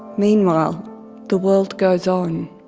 meanwhile the world goes on.